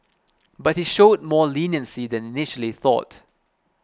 but he showed more leniency than initially thought